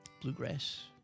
bluegrass